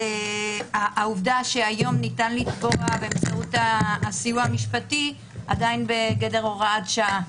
העובדה שהיום ניתן לתבוע באמצעות הסיוע המשפטי עדיין בגדר הוראת שעה.